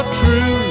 true